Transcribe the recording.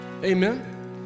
Amen